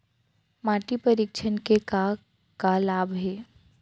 माटी परीक्षण के का का लाभ हे?